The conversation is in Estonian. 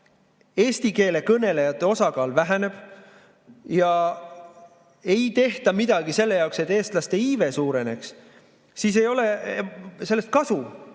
eesti keele kõnelejate osakaal väheneb ja ei tehta midagi selle jaoks, et eestlaste iive suureneks, siis ei ole sellest kasu,